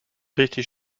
richtig